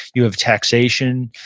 you have taxation,